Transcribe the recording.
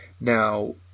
Now